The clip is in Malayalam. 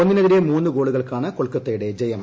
ഒന്നിനെതിരെ മൂന്ന് ഗോളുകൾക്കാണ് കൊൽക്കത്തയുടെ ജയം